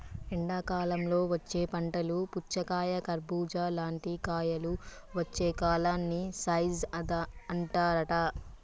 ఎండాకాలంలో వచ్చే పంటలు పుచ్చకాయ కర్బుజా లాంటి కాయలు వచ్చే కాలాన్ని జైద్ అంటారట